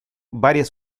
varias